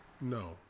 No